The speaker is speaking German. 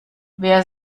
wer